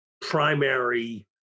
primary